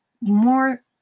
more